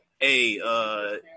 Hey